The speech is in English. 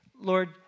Lord